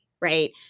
right